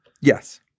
Yes